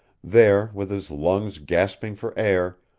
there, with his lungs gasping for air,